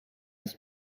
was